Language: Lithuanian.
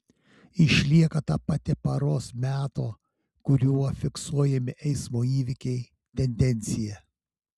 išlieka ta pati paros meto kuriuo fiksuojami eismo įvykiai tendencija